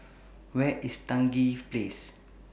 Where IS Stangee Place